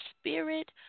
spirit